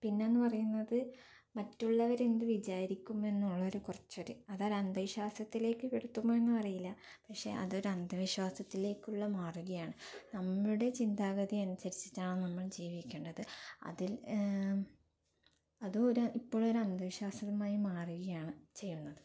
പിന്നേന്ന് പറയുന്നത് മറ്റുള്ളവര് എന്ത് വിചാരിക്കും എന്നുള്ളൊരു കുറച്ചൊരു അതൊരു അന്ധവിശ്വാസത്തിലേക്ക് പെടുത്തുമോ എന്ന് അറിയില്ല പക്ഷേ അതൊരു അന്ധവിശ്വാസത്തിലേക്കുള്ള മാറുകയാണ് നമ്മുടെ ചിന്താഗതി അനുസരിച്ചിട്ടാണ് നമ്മൾ ജീവിക്കേണ്ടത് അതിൽ അതും ഒര് ഇപ്പോഴൊരു അന്ധവിശ്വാസമായി മാറുകയാണ് ചെയ്യുന്നത്